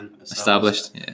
Established